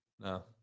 No